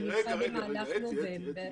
אני מניחה במהלך נובמבר,